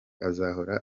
azahora